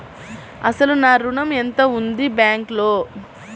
అసలు నా ఋణం ఎంతవుంది బ్యాంక్లో?